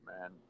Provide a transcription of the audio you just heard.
man